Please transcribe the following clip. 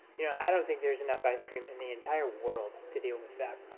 yeah i don't think there's enough ice cream in the entire world to deal with that